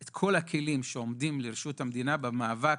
את כל הכלים שעומדים לרשות המדינה במאבק